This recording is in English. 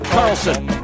Carlson